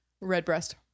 Redbreast